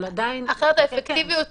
-- אחרת האפקטיביות